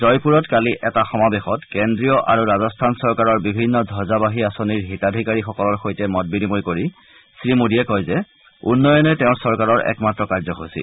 জয়পুৰত কালি এটা সমাবেশত কেন্দ্ৰীয় আৰু ৰাজস্থান চৰকাৰৰ বিভিন্ন ধবজাবাহী আঁচনিৰ হিতাধিকাৰীসকলৰ সৈতে মতবিনিময় কৰি শ্ৰীমোডীয়ে কয় যে উন্নয়নেই তেওঁৰ চৰকাৰৰ একমাত্ৰ কাৰ্যসূচী